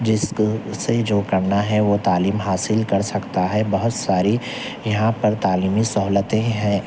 جس کو اسے جو کرنا ہے وہ تعلیم حاصل کر سکتا ہے بہت ساری یہاں پر تعلیمی سہولتیں ہیں